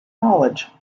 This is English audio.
college